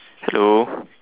hello